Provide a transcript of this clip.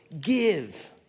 give